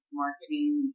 marketing